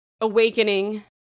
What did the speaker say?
awakening